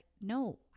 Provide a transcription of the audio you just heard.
no